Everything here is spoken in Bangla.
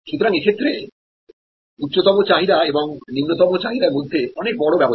সুতরাং এক্ষেত্রে উচ্চতম চাহিদা এবং নিম্নতম চাহিদার মধ্যে অনেক বড় ব্যবধান